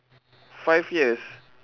five years